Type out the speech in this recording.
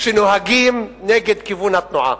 שנוהגים נגד כיוון התנועה.